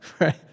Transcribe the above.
right